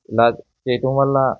ఇలాగా చేయటం వల్ల